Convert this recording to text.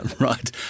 Right